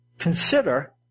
Consider